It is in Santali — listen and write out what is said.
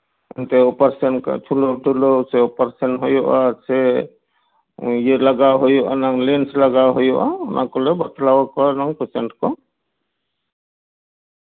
ᱟᱫᱚ ᱚᱯᱟᱨᱥᱮᱱ ᱠᱤᱪᱷᱩ ᱪᱷᱩᱞᱟᱹᱣ ᱴᱩᱞᱟᱹᱣ ᱥᱮ ᱚᱯᱟᱨᱥᱮᱱ ᱦᱩᱭᱩᱜᱼᱟ ᱥᱮ ᱤᱭᱟᱹ ᱞᱟᱜᱟᱣ ᱦᱩᱭᱩᱜ ᱟᱱᱟᱝ ᱞᱮᱱᱥ ᱞᱟᱜᱟᱣ ᱦᱩᱭᱩᱜᱼᱟ ᱚᱱᱟ ᱠᱚᱫᱚ ᱵᱟᱛᱞᱟᱣ ᱟᱠᱚ ᱟᱞᱮ ᱯᱮᱥᱮᱱᱴ ᱠᱚ